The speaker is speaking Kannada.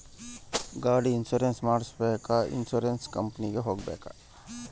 ಗಾಡಿ ಇನ್ಸುರೆನ್ಸ್ ಮಾಡಸಾಕ ಇನ್ಸುರೆನ್ಸ್ ಕಂಪನಿಗೆ ಹೋಗಬೇಕಾ?